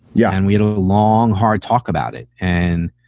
yeah. and we had a long, hard talk about it. and,